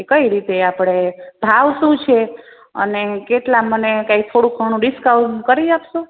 કે કઈ રીતે આપણે ભાવ શું છે અને કેટલા મને કાંઇ થોડું ઘણું ડિસ્કાઉન્ટ કરી આપશો